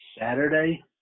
Saturday